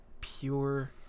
pure